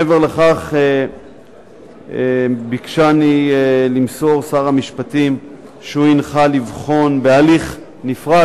מעבר לכך ביקשני למסור שר המשפטים שהוא הנחה לבחון בהליך נפרד,